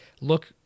look